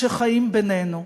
שחיים בינינו.